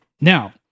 Now